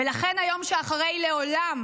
ולכן היום שאחרי לעולם